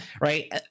right